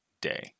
day